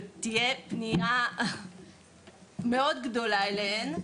יהיו פניות רבות מאוד אליהן,